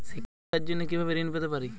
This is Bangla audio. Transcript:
শিক্ষার জন্য কি ভাবে ঋণ পেতে পারি?